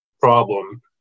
problem